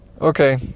Okay